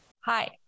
Hi